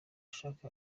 ashake